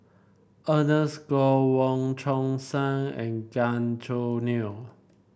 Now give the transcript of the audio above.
Ernest Goh Wong Chong Sai and Gan Choo Neo